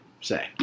say